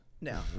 now